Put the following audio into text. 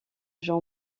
jean